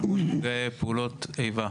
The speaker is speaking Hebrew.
ארגון נפגעי פעולות איבה,